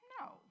No